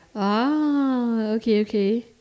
!wah! okay okay